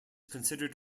considered